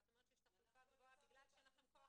ואת אומרת שיש תחלופה גבוהה בגלל שאין לכם כוח